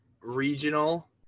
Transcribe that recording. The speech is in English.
regional